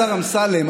השר אמסלם,